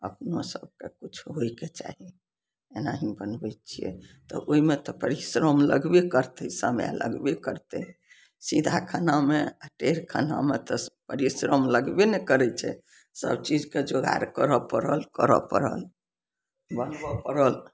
अपनो सबके कुछो होइके चाही एनाही बनबय छियै तऽ ओइमे तऽ परिश्रम लगबे करतय समय लगबे करतय सीधा खानामे टेढ़ खानामे तऽ परिश्रम लगबे ने करय छै सबचीजके जोगाड़ करऽ पड़ल करऽ पड़ल बनबऽ पड़ल